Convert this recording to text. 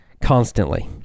constantly